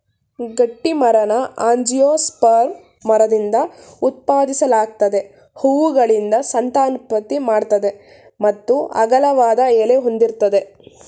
ಗಟ್ಟಿಮರನ angiosperm ಮರದಿಂದ ಉತ್ಪಾದಿಸಲಾಗ್ತದೆ ಹೂವುಗಳಿಂದ ಸಂತಾನೋತ್ಪತ್ತಿ ಮಾಡ್ತದೆ ಮತ್ತು ಅಗಲವಾದ ಎಲೆ ಹೊಂದಿರ್ತದೆ